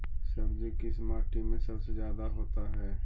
सब्जी किस माटी में सबसे ज्यादा होता है?